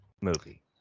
movie